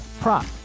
prop